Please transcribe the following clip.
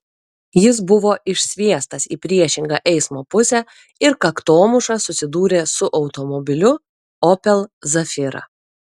jis buvo išsviestas į priešingą eismo pusę ir kaktomuša susidūrė su automobiliu opel zafira